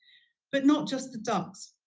but not just the ducks,